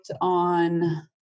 on